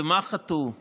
במה חטאו הדיינים,